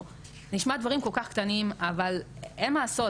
זה נשמע כאילו דברים כל כך קטנים,